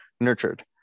nurtured